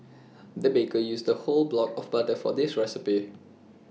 the baker used A whole block of butter for this recipe